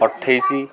ଅଠେଇଶି